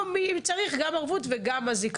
או אם צריך גם ערבות וגם אזיק.